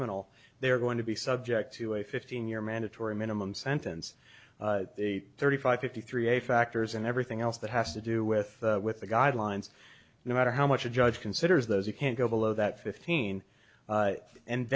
criminal they are going to be subject to a fifteen year mandatory minimum sentence thirty five fifty three a factors and everything else that has to do with with the guidelines no matter how much a judge considers those you can't go below that fifteen and